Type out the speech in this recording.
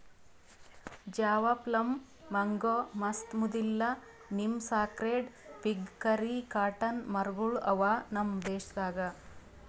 Java plum, mango, ಮಸ್ತ್, ಮುದಿಲ್ಲ, neem, sacred fig, ಕರಿ, ಕಾಟನ್ ಮರ ಗೊಳ್ ಅವಾ ನಮ್ ದೇಶದಾಗ್